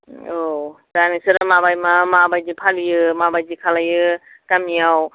औ दा नोंसोर माबायै मा माबायदि फालियो माबादि खालायो गामियाव